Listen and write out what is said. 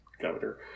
Governor